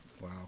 Wow